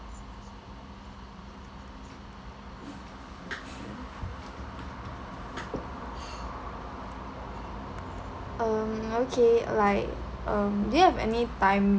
um okay like um do you have any time